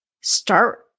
start